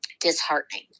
disheartening